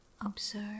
Observe